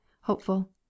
Hopeful